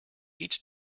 each